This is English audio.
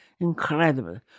Incredible